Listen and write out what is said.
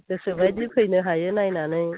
गोसोबायदि फैनो हायो नायनानै